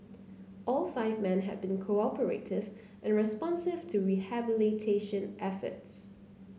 all five men had been cooperative and responsive to rehabilitation efforts